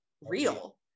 real